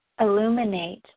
Illuminate